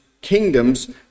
kingdoms